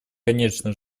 конечно